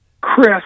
chris